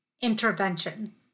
intervention